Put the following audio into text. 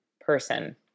person